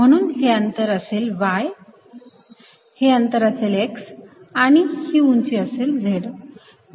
म्हणून हे अंतर असेल y हे अंतर असेल x आणि ही उंची असेल z